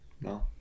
No